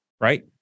Right